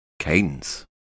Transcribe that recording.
Cadence